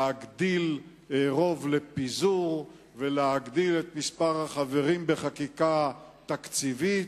להגדיל רוב לפיזור ולהגדיל את מספר החברים בחקיקה תקציבית,